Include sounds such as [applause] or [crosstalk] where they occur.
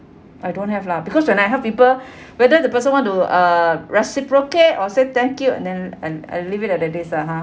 I don't have lah because when I help [breath] people whether the person want to uh reciprocate or say thank you and then and and leave it at it is lah ha